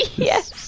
yes.